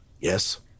Yes